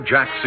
Jack